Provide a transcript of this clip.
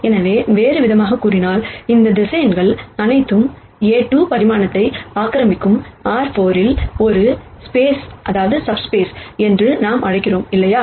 எனவே வேறுவிதமாகக் கூறினால் இந்த வெக்டர்ஸ் அனைத்தும் A₂ பரிமாணத்தை ஆக்கிரமிக்கும் R 4 இல் ஒரு சப்ஸ்பேஸ் என்று நாம் அழைக்கிறோம் இல்லையா